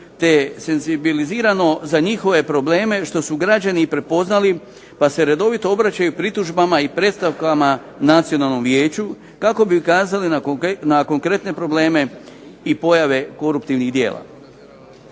te senzibilizirano za njihove probleme što su građani i prepoznali pa se redovito obraćaju pritužbama i predstavkama Nacionalnom vijeću kako bi ukazali na konkretne probleme i pojave koruptivnih djela.